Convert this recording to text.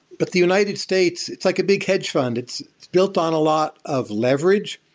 but the united states, it's like a big hedge fund. it's built on a lot of leverage.